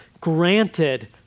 granted